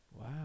Wow